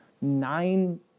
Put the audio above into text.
nine